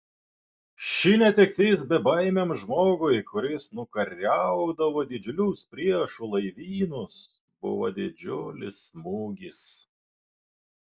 ši netektis bebaimiam žmogui kuris nukariaudavo didžiulius priešų laivynus buvo didžiulis smūgis